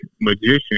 magician